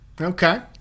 okay